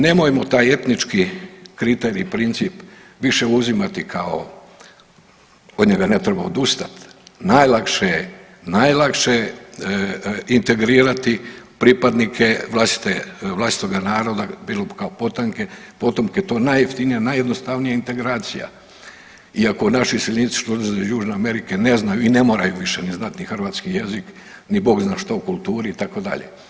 Nemojmo taj etnički kriterij, princip više uzimati kao od njega ne treba odustati, najlakše je, najlakše je integrirati pripadnike vlastitoga naroda, bilo kao potomke, to je najjeftinija, najjednostavnija integracija i ako naši iseljenici iz Južne Amerike ne znaju i ne moraju više ni znati ni hrvatski jezik ni Bog zna što o kulturi, itd.